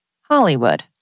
Hollywood